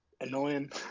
annoying